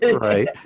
Right